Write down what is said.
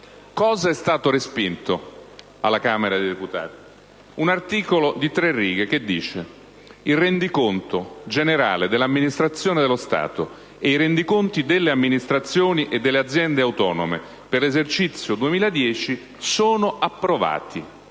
è stato respinto un articolo di tre righe che stabilisce: «Il rendiconto generale dell'Amministrazione dello Stato e i rendiconti delle Amministrazioni e delle Aziende autonome per l'esercizio 2010 sono approvati